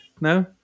no